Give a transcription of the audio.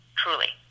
truly